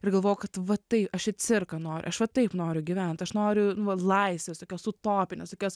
ir galvojau kad va tai aš į cirką noriu aš va taip noriu gyvent aš noriu nu va laisvės tokios utopinės tokios